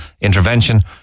intervention